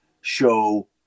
show